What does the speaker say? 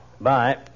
Bye